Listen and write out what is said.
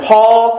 Paul